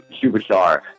superstar